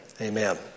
amen